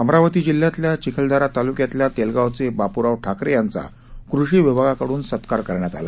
अमरावती जिल्ह्यातल्या चिखलदरा तालुक्यातल्या तेलगावचे बाप्राव ठाकरे यांचा कृषी विभागाकडून सत्कार करण्यात आला